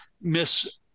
Miss